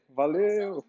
valeu